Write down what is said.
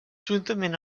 juntament